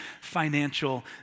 financial